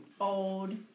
old